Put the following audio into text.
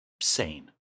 sane